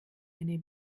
eine